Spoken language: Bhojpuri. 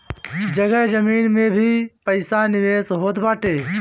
जगह जमीन में भी पईसा निवेश होत बाटे